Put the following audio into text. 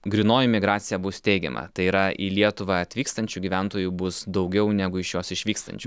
grynoji migracija bus teigiama tai yra į lietuvą atvykstančių gyventojų bus daugiau negu iš jos išvykstančių